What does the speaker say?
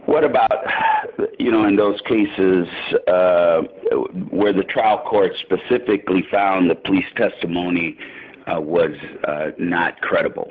what about you know in those cases where the trial court specifically found the police testimony was not credible